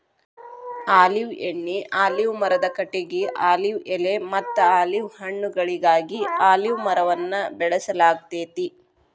olive ಎಣ್ಣಿ, olive ಮರದ ಕಟಗಿ, ಆಲಿವ್ ಎಲೆಮತ್ತ ಆಲಿವ್ ಹಣ್ಣುಗಳಿಗಾಗಿ ಅಲಿವ್ ಮರವನ್ನ ಬೆಳಸಲಾಗ್ತೇತಿ